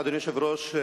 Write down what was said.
אדוני היושב-ראש,